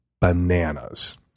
bananas